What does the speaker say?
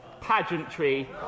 pageantry